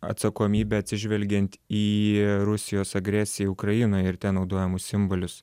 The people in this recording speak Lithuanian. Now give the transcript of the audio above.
atsakomybė atsižvelgiant į rusijos agresiją į ukrainą ir ten naudojamus simbolius